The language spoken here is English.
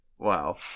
Wow